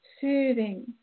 soothing